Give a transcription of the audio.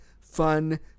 fun